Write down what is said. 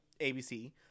ABC